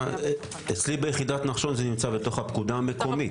אצלי ביחידת נחשון זה נמצא בתוך הפקודה המקומית.